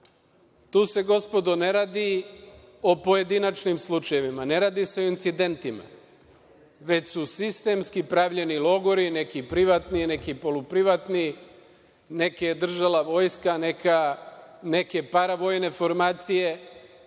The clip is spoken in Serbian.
se, gospodo, ne radi o pojedinačnim slučajevima. Ne radi se o incidentima, već su sistemski pravljeni logori, neki privatni, neki poluprivatni, neke je držala vojska, neke paravojne formacije,